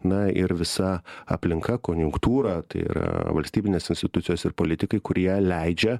na ir visa aplinka konjunktūra tai yra valstybinės institucijos ir politikai kurie leidžia